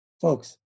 Folks